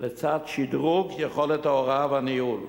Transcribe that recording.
לצד שדרוג יכולת ההוראה והניהול,